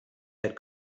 had